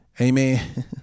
amen